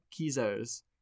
kizos